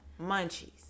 Munchies